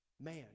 man